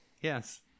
Yes